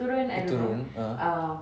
turun (uh huh)